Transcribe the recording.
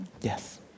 Yes